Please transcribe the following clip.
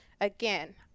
again